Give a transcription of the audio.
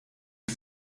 die